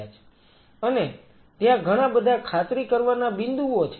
અને ત્યાં ઘણાબધા ખાતરી કરવાના બિંદુઓ છે